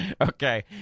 Okay